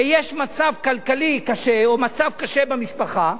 ויש מצב כלכלי קשה, או מצב קשה במשפחה,